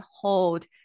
hold